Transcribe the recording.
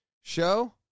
show